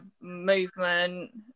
movement